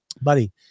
buddy